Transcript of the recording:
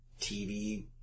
TV